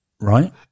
right